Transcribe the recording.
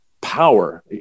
power